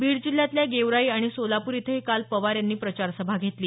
बीड जिल्ह्यातल्या गेवराई आणि सोलापूर इथंही काल पवार यांनी प्रचारसभा घेतली